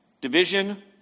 Division